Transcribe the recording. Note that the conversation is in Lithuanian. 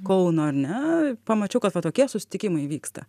kauno ar ne pamačiau kad va tokie susitikimai vyksta